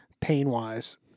Pain-wise